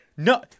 No